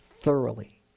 thoroughly